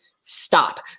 stop